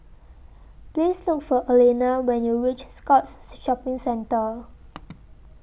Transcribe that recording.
Please Look For Alayna when YOU REACH Scotts Shopping Centre